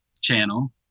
channel